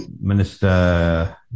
Minister